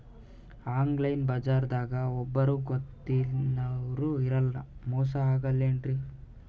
Online ಬಜಾರದಾಗ ಒಬ್ಬರೂ ಗೊತ್ತಿನವ್ರು ಇರಲ್ಲ, ಮೋಸ ಅಗಲ್ಲೆನ್ರಿ?